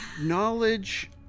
Knowledge